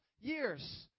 years